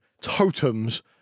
totems